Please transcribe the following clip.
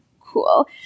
cool